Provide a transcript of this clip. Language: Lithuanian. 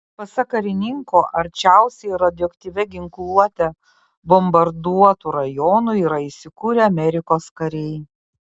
pasak karininko arčiausiai radioaktyvia ginkluote bombarduotų rajonų yra įsikūrę amerikos kariai